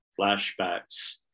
flashbacks